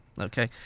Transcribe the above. Okay